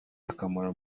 akamaro